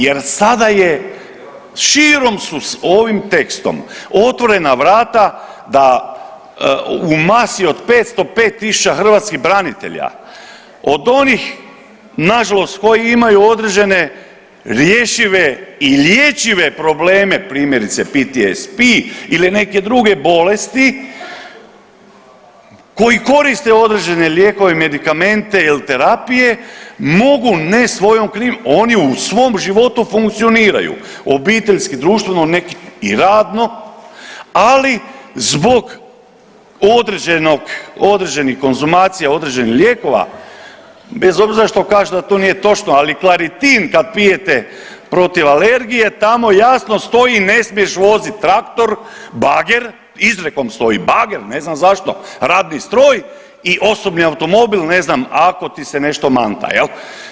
Jer, sada je, širom su ovim tekstom otvorena vrata da u masi od 505 tisuća hrvatskih branitelja, od onih nažalost koji imaju određene rješive i lječive probleme, primjerice, PTSP ili neke druge bolesti, koji koriste određene lijekove, medikamente ili terapije mogu ne svojom .../nerazumljivo/... oni u svom životu funkcioniraju, obiteljski, društveno, neki i radno, ali zbog određenih konzumacija određenih lijekova, bez obzira što kažu da to nije točno, ali Claritine kad pijete protiv alergije, tamo jasno stoji ne smiješ voditi traktor, bager, izrijekom stoji bager, ne znam zašto, radni stroj i osobni automobil, ne znam, ako ti se nešto manta, je li?